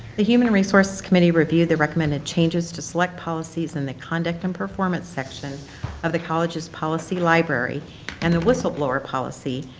the human resources committee reviewed the recommended changes to select policies in the conduct and performance section of the college's policy library and the whistleblower policy,